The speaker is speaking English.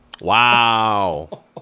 Wow